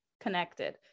connected